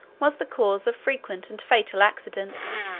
was the cause of frequent and fatal accidents